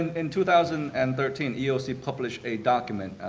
in two thousand and thirteen, eeoc published a document